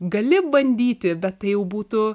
gali bandyti bet tai jau būtų